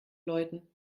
läuten